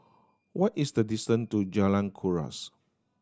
what is the distance to Jalan Kuras